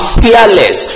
fearless